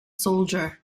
soldier